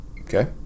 Okay